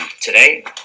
today